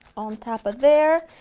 on top of there,